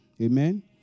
Amen